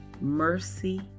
mercy